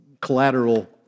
collateral